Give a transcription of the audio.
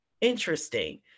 interesting